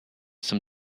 some